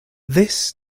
this